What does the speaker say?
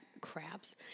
craps